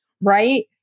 right